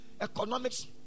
economics